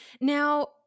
Now